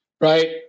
Right